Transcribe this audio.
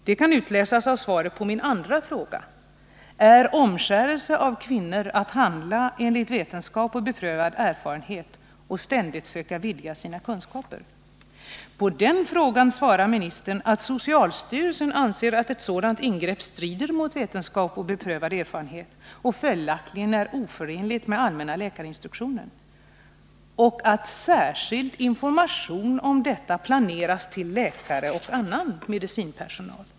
Det kan utläsas av svaret på min andra fråga: Är omskärelse av kvirnor att handla enligt vetenskap och beprövad Om förbud mot erfarenhet och att ständigt söka vidga sina kunskaper? På den frågan svarar ministern att socialstyrelsen anser att ett sådant ingrepp strider mot vetenskap och beprövad erfarenhet och följaktligen är oförenligt med allmänna läkarinstruktionen och att särskild information om detta planeras till läkare och annan medicinpersonal.